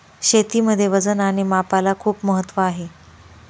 शेतीमध्ये वजन आणि मापाला खूप महत्त्व आहे